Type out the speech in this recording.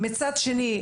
מצד שני,